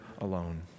alone